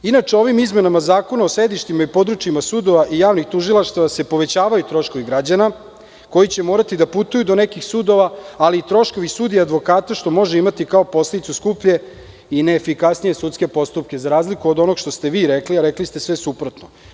Inače, ovim izmenama Zakona o sedištima i područjima sudova i javnim tužilaštvima se povećavaju troškovi građana koji će morati da putuju do nekih sudova, ali i troškovi sudija i advokata što može imati kao posledicu skuplje i neefikasnije sudske postupke, za razliku od onoga što ste vi rekli, a rekli ste sve suprotno.